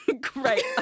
Great